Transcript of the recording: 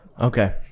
Okay